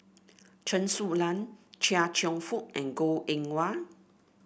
Chen Su Lan Chia Cheong Fook and Goh Eng Wah